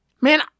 man